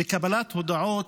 לקבלת הודעות